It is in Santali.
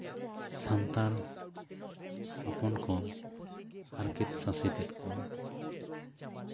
ᱥᱟᱱᱛᱟᱲ ᱦᱚᱯᱚᱱ ᱠᱚ ᱦᱟᱨᱠᱮᱛ ᱥᱟᱥᱮᱛᱮᱫ ᱠᱚᱣᱟ